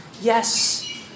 yes